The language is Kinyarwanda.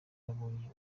yabonye